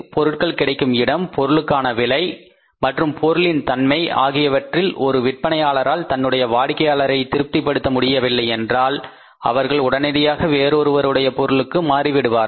பொருட்கள் கிடைக்கும் இடம் பொருளுக்கான விலை மற்றும் பொருளின் தன்மை ஆகியவற்றில் ஒரு விற்பனையாளரால் தன்னுடைய வாடிக்கையாளரை திருப்தி படுத்த முடியவில்லையென்றால் அவர்கள் உடனடியாக வேறு ஒருவருடைய பொருளுக்கு மாறிவிடுவார்கள்